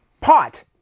Pot